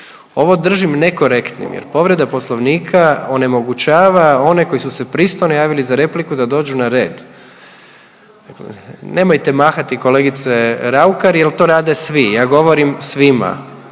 Ovo držim nekorektnim jer povreda Poslovnika onemogućava one koji su se pristojno javili za repliku da dođu na red. Nemojte mahati kolegice Raukar jel to rade svi, ja govorim svima.